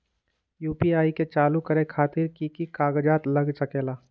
UPI के चालु करे खातीर कि की कागज़ात लग सकेला?